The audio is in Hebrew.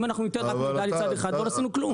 אם אנחנו ניתן רק מידע לצד אחד לא עשינו כלום.